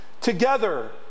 together